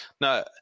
no